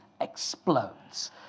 explodes